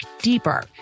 deeper